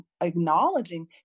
acknowledging